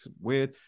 weird